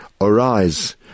arise